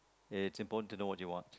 it's important to know what you want